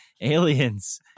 aliens